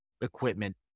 equipment